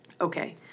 Okay